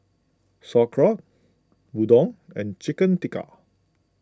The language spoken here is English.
Sauerkraut Udon and Chicken Tikka